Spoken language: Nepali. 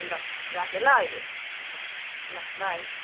ल राखेँ ल अहिले ल बाई